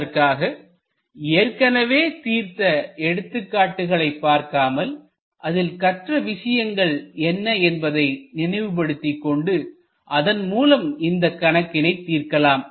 அதற்காக ஏற்கனவே தீர்த்த எடுத்துக்காட்டுகளை பார்க்காமல் அதில் கற்ற விஷயங்கள் என்ன என்பதை நினைவுபடுத்திக் கொண்டு அதன் மூலம் இந்த கணக்கினை தீர்க்கலாம்